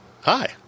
Hi